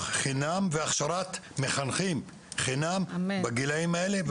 חינם והכשרת מחנכים חינם בגילאים האלה,